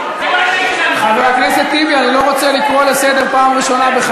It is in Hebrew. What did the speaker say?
לא על חשבון הדקה